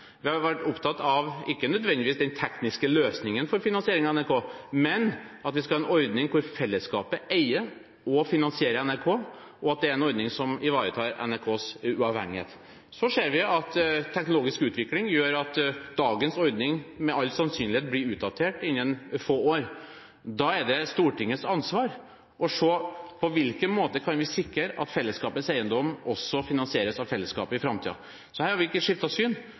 Vi har vært opptatt av ikke nødvendigvis den tekniske løsningen for finansieringen av NRK, men at vi skal ha en ordning hvor fellesskapet eier og finansierer NRK, og at det er en ordning som ivaretar NRKs uavhengighet. Så ser vi at teknologisk utvikling gjør at dagens ordning med all sannsynlighet blir utdatert innen få år. Da er det Stortingets ansvar å se på hvilke måter vi kan sikre at fellesskapets eiendom også finansieres av fellesskapet i framtiden. Så her har vi ikke skiftet syn,